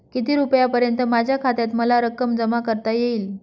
किती रुपयांपर्यंत माझ्या खात्यात मला रक्कम जमा करता येईल?